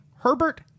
Herbert